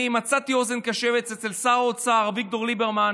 מצאתי אוזן קשבת אצל שר האוצר אביגדור ליברמן.